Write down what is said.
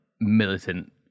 militant